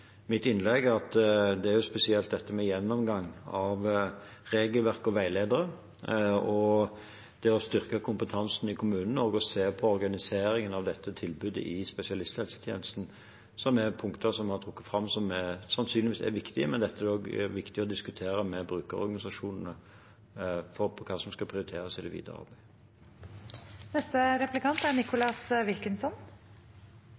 mitt innlegg at det spesielt er dette med gjennomgang av regelverk og veiledere, det å styrke kompetansen i kommunene og å se på organiseringen av dette tilbudet i spesialisthelsetjenesten, som er punkter vi har trukket fram, som sannsynligvis er viktig. Men hva som skal prioriteres i det videre arbeidet, er viktig å diskutere med brukerorganisasjonene.